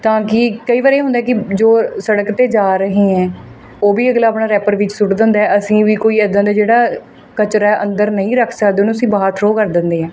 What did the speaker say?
ਤਾਂ ਕਿ ਕਈ ਵਾਰ ਹੁੰਦਾ ਕਿ ਜੋ ਸੜਕ 'ਤੇ ਜਾ ਰਹੇ ਹੈ ਉਹ ਵੀ ਅਗਲਾ ਆਪਣਾ ਰੈਪਰ ਵੀ ਸੁੱਟ ਦਿੰਦਾ ਅਸੀਂ ਵੀ ਕੋਈ ਇਦਾਂ ਦੇ ਜਿਹੜਾ ਕਚਰਾ ਅੰਦਰ ਨਹੀਂ ਰੱਖ ਸਕਦੇ ਉਹਨੂੰ ਅਸੀਂ ਬਾਹਰ ਥਰੋ ਕਰ ਦਿੰਦੇ ਆ